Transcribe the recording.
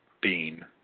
Bean